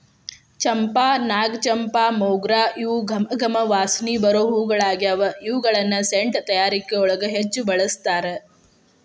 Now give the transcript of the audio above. ಚಂಪಾ, ನಾಗಚಂಪಾ, ಮೊಗ್ರ ಇವು ಗಮ ಗಮ ವಾಸನಿ ಬರು ಹೂಗಳಗ್ಯಾವ, ಇವುಗಳನ್ನ ಸೆಂಟ್ ತಯಾರಿಕೆಯೊಳಗ ಹೆಚ್ಚ್ ಬಳಸ್ತಾರ